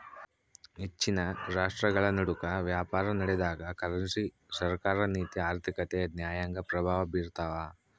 ಹೆಚ್ಚಿನ ರಾಷ್ಟ್ರಗಳನಡುಕ ವ್ಯಾಪಾರನಡೆದಾಗ ಕರೆನ್ಸಿ ಸರ್ಕಾರ ನೀತಿ ಆರ್ಥಿಕತೆ ನ್ಯಾಯಾಂಗ ಪ್ರಭಾವ ಬೀರ್ತವ